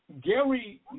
Gary